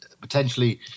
potentially